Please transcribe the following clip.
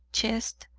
chest,